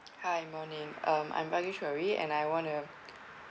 hi morning um I'm and I want to